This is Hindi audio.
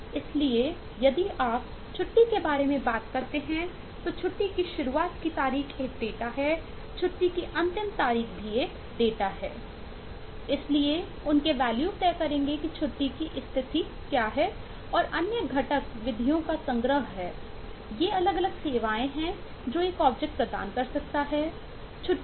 इसलिए उनके वैल्यू में होनी चाहिए